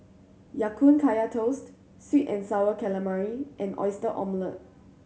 Ya Kun Kaya Toast sweet and Sour Calamari and Oyster Omelette